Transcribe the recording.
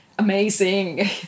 Amazing